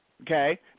okay